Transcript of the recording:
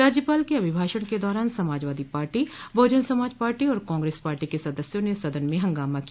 राज्यपाल के अभिभाषण के दौरान समाजवादी पार्टी बहुजन समाज पार्टी और कांग्रेस पार्टी के सदस्यों ने सदन में हंगामा किया